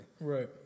Right